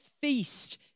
feast